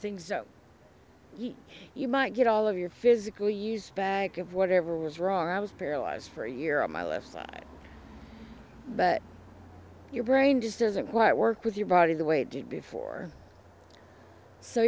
things you might get all of your physical used back of whatever was wrong i was paralyzed for a year on my left side but your brain just doesn't quite work with your body the way it did before so